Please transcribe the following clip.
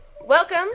welcome